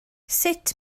sut